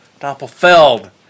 Doppelfeld